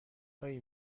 هایی